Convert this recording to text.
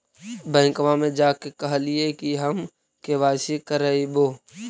बैंकवा मे जा के कहलिऐ कि हम के.वाई.सी करईवो?